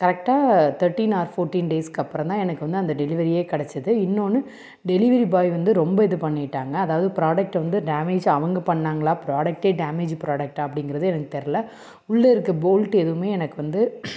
கரெக்டாக thirteen or fourteen days அப்பறம்தான் எனக்கு வந்து அந்த டெலிவரியே கிடச்சிது இன்னொன்று டெலிவரி பாய் வந்து ரொம்ப இது பண்ணிவிட்டாங்க அதாவது ப்ராடக்ட் வந்து டேமேஜ் அவங்க பண்ணாங்களா ப்ராடக்ட்டே டேமேஜ் ப்ராடக்டாக அப்படிங்கறது எனக்கு தெரில உள்ளேருக்க போல்ட் எதுவுமே எனக்கு வந்து